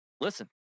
Listen